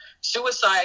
Suicide